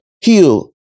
heal